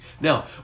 Now